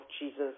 Jesus